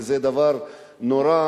וזה דבר נורא,